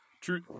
true